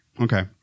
Okay